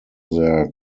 their